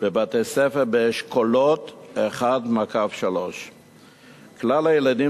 בבתי-הספר באשכולות 1 3. כלל הילדים